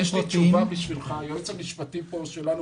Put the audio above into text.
היועץ המשפטי שלנו,